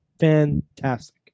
fantastic